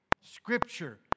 Scripture